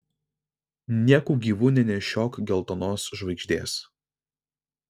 nieku gyvu nenešiok geltonos žvaigždės